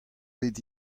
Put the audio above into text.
bet